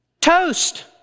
Toast